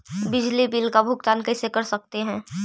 बिजली बिल का भुगतान कैसे कर सकते है?